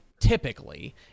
Typically